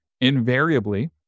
Invariably